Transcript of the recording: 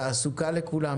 תעסוקה לכולם,